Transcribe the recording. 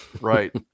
Right